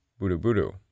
Budubudu